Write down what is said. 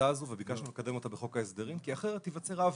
הזאת וביקשנו לקדם אותה בחוק ההסדרים כי אחרת ייווצר עוול.